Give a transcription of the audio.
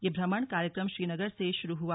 यह भ्रमण कार्यक्रम श्रीनगर से शुरू हुआ